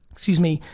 excuse me,